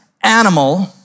animal